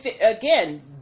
again